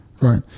Right